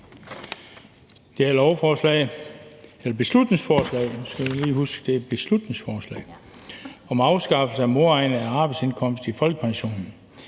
beslutningsforslag handler om afskaffelse af modregning af arbejdsindkomst i folkepensionen.